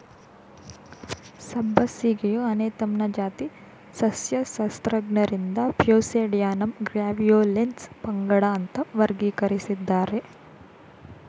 ಸಬ್ಬಸಿಗೆಯು ಅನೇಥಮ್ನ ಜಾತಿ ಸಸ್ಯಶಾಸ್ತ್ರಜ್ಞರಿಂದ ಪ್ಯೂಸೇಡ್ಯಾನಮ್ ಗ್ರ್ಯಾವಿಯೋಲೆನ್ಸ್ ಪಂಗಡ ಅಂತ ವರ್ಗೀಕರಿಸಿದ್ದಾರೆ